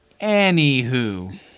Anywho